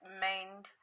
mend